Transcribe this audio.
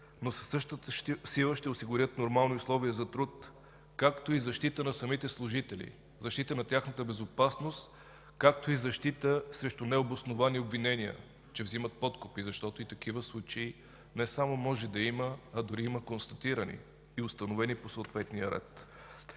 но със същата сила ще осигурят нормални условия за труд, както и защита на самите служители – на тяхната безопасност, и защита срещу необосновани обвинения, че вземат подкупи. И такива случаи не само може да има, а дори има констатирани и установени по съответния ред.